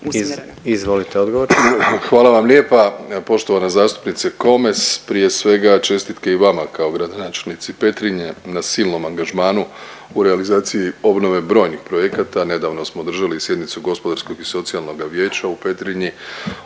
Andrej (HDZ)** Hvala vam lijepa. Evo poštovana zastupnice Komes prije svega čestitke i vama kao gradonačelnici Petrinje na silnom angažmanu u realizaciji obnove brojnih projekata. Nedavno smo održali i sjednicu Gospodarskog i socijalnoga vijeća u Petrinji,